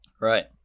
Right